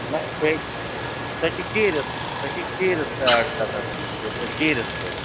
نہ سۄ سۄ چھِ چیٖرتھ سۄ چھِ چیٖرِتھ ساڑ سَتھ ہَتھ سۄ چیٖرِتھ فُٹ